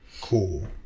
Cool